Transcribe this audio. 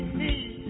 need